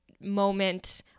moment